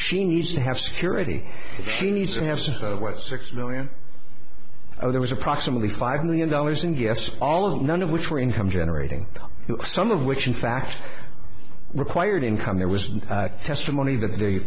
she needs to have security she needs to have sort of what six million there was approximately five million dollars and yes all of it none of which were income generating some of which in fact required income there was testimony that the